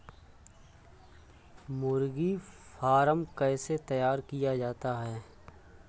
मुर्गी फार्म कैसे तैयार किया जाता है?